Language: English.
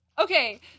Okay